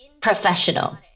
professional